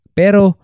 pero